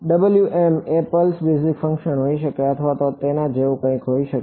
શું Wm એ pulse basis function હોઈ શકે છે અથવા તેના જેવું કંઈક હોઈ શકે છે